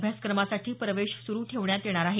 अभ्यासक्रमासाठी प्रवेश सुरु ठेवण्यात येणार आहे